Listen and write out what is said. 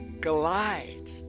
glide